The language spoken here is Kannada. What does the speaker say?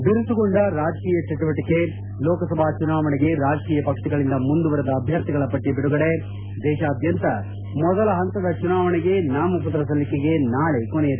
ಬಿರುಸುಗೊಂಡ ರಾಜಕೀಯ ಚಟುವಟಿಕೆ ಲೋಕಸಭಾ ಚುನಾವಣೆಗೆ ರಾಜಕೀಯ ಪಕ್ಷಗಳಿಂದ ಮುಂದುವರಿದ ಅಭ್ಯರ್ಥಿಗಳ ಪಟ್ಟ ಬಿಡುಗಡೆ ದೇಶಾದ್ಯಂತ ಮೊದಲ ಹಂತದ ಚುನಾವಣೆಗೆ ನಾಮಪತ್ರ ಸಲ್ಲಿಕೆಗೆ ನಾಳೆ ಕೊನೆಯ ದಿನ